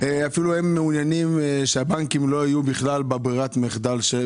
אפילו הם מעוניינים שהבנקים לא יהיו בכלל בברירת מחדל.